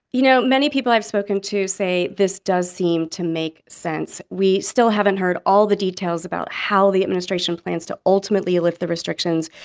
you know, many people i've spoken to say this does seem to make sense. we still haven't heard all the details about how the administration plans to ultimately lift the restrictions.